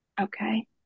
Okay